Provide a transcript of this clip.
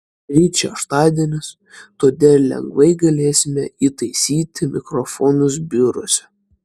ryt šeštadienis todėl lengvai galėsime įtaisyti mikrofonus biuruose